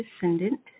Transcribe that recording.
descendant